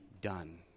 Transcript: done